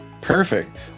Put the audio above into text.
Perfect